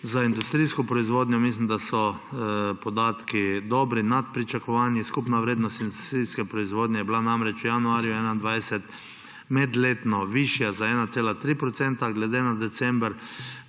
za industrijsko proizvodnjo podatki dobri, nad pričakovanji. Skupna vrednost industrijske proizvodnje je bila namreč januarja 2021 medletno višja za 1,3 %, glede na december